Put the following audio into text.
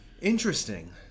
Interesting